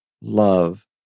love